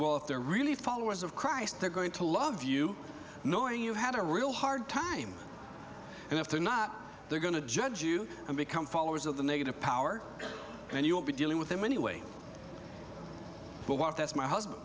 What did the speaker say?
well if they're really followers of christ they're going to love you knowing you had a real hard time and if they're not they're going to judge you and become followers of the negative power and you'll be dealing with them anyway but what if that's my husband